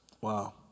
Wow